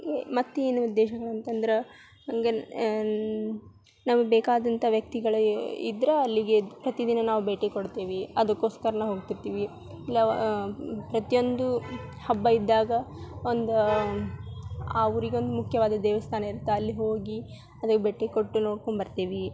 ಮತ್ತೇನು ಉದ್ದೇಶಗಳಂತಂದ್ರೆ ನನಗೆ ನಮಗೆ ಬೇಕಾದಂಥ ವ್ಯಕ್ತಿಗಳಿ ಇದ್ರ ಅಲ್ಲಿಗೆ ಪ್ರತಿದಿನ ನಾವು ಭೇಟಿ ಕೊಡ್ತೇವಿ ಅದುಕ್ಕೋಸ್ಕರ ನಾವು ಹೋಗ್ತಿರ್ತೀವಿ ಇಲ್ಲ ಪ್ರತಿಯೊಂದು ಹಬ್ಬ ಇದ್ದಾಗ ಒಂದು ಆ ಊರಿಗೊಂದು ಮುಖ್ಯವಾದ ದೇವಸ್ಥಾನ ಇರ್ತಾ ಅಲ್ಲಿ ಹೋಗಿ ಅದಕ್ಕೆ ಭೇಟಿ ಕೊಟ್ಟು ನೋಡ್ಕೊಂಡು ಬರ್ತೇವಿ